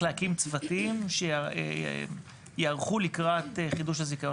להקים צוותים שייערכו לקראת חידוש הזיכיון.